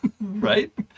right